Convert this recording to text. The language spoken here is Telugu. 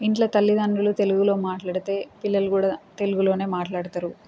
ఇంట్లో తల్లిదండ్రులు తెలుగులో మాట్లాడితే పిల్లలు కూడా తెలుగులోనే మాట్లాడతారు